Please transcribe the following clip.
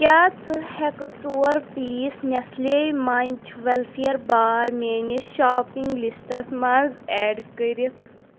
کیٛاہ ژٕ ہٮ۪کہٕ ژور پیٖس نٮ۪سلے منٛچ ویلفر بار میٲنِس شاپنگ لسٹَس منٛز ایڈ کٔرِتھ